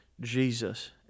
Jesus